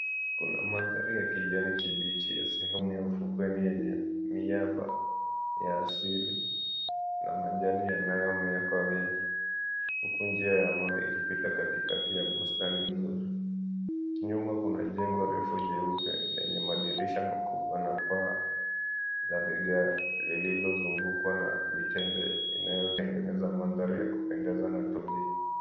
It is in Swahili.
Kuna mandhari ya kijani kibichi ya sehemu ya ufukweni yenye miamba ya asili na majani yanayomea kwa wingi. Huku njia ya mawe ikipita katikati ya bustani nzuri. Nyuma kuna jengo refu jeupe lenye madirisha makubwa na paa la vigae, lililozungukwa na mitende inayotengeneza mandhari ya kupendeza na tulivu.